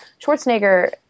Schwarzenegger